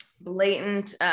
blatant